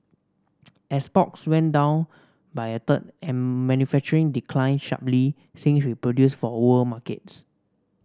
exports went down by a third and manufacturing declined sharply since we produced for world markets